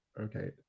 okay